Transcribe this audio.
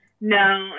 No